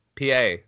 PA